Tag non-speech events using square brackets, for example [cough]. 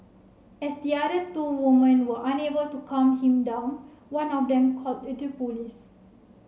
as the other two women were unable to calm him down one of them called [unintelligible] police